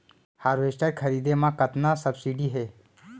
Harvester खरीदे म कतना सब्सिडी हे?